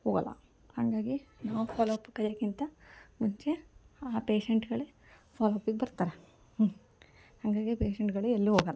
ಹೋಗಲ್ಲ ಹಾಗಾಗಿ ನಾವು ಫಾಲೋ ಅಪ್ಪಿಗೆ ಕರೆಯೋಕ್ಕಿಂತ ಮುಂಚೆ ಆ ಪೇಶೆಂಟ್ಗಳೇ ಫಾಲೋ ಅಪ್ಪಿಗೆ ಬರ್ತಾರೆ ಹ್ಞೂ ಹಾಗಾಗಿ ಪೇಶೆಂಟ್ಗಳು ಎಲ್ಲೂ ಹೋಗೋಲ್ಲ